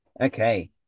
Okay